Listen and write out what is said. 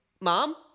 Mom